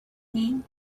mean